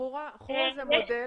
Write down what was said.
חורה זה מודל